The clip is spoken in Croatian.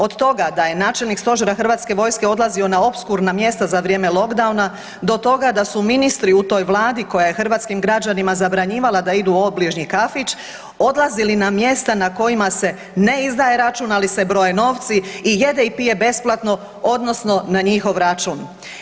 Od toga da je načelnik Stožera Hrvatske vojske odlazio na opskurna mjesta za vrijeme lockdowna do toga da su ministri u toj Vladi koja je hrvatskim građanima zabranjivala da idu u obližnji kafić, odlazili na mjesta na kojima se ne izdaje račun, ali se broje novci i jede i pije besplatno, odnosno na njihov račun.